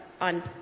on